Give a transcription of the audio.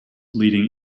leading